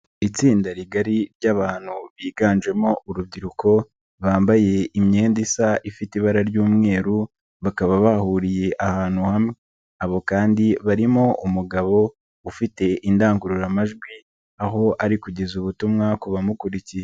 Itsinda rigari ry'abantu biganjemo urubyiruko, bambaye imyenda isa ifite ibara ry'umweru, bakaba bahuriye ahantu hamwe, abo kandi barimo umugabo ufite indangururamajwi, aho ari kugeza ubutumwa ku bamukurikiye.